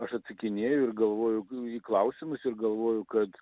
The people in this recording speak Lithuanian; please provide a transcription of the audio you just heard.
aš atsakinėju ir galvoju į klausimus ir galvoju kad